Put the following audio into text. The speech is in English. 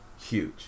huge